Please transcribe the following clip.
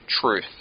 truth